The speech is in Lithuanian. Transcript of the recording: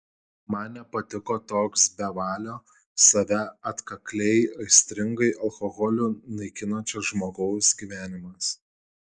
man nepatiko toks bevalio save atkakliai aistringai alkoholiu naikinančio žmogaus gyvenimas